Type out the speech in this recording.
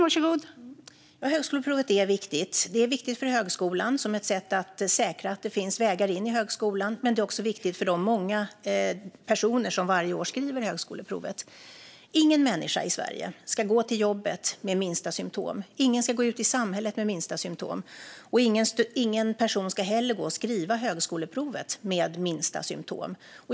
Fru talman! Högskoleprovet är viktigt. Det är viktigt för högskolan som ett sätt att säkra att det finns vägar in i högskolan, men det är också viktigt för de många personer som varje år skriver högskoleprovet. Ingen människa i Sverige ska gå till jobbet med minsta symtom, ingen ska gå ut i samhället med minsta symtom och ingen person ska heller gå och skriva högskoleprovet med minsta symtom.